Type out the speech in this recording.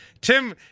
Tim